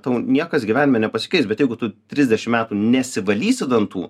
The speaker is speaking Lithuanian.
tau niekas gyvenime nepasikeis bet jeigu tu trisdešimt metų nesivalysi dantų